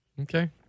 Okay